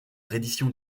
reddition